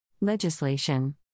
Legislation